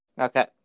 Okay